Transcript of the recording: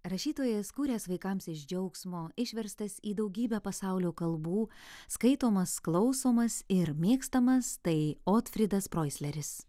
rašytojas kūręs vaikams iš džiaugsmo išverstas į daugybę pasaulio kalbų skaitomas klausomas ir mėgstamas tai otfrydas proisleris